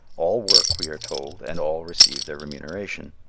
all work, we are told, and all receive their remuneration.